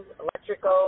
electrical